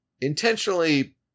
intentionally